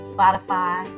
Spotify